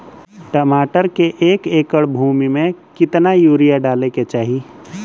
टमाटर के एक एकड़ भूमि मे कितना यूरिया डाले के चाही?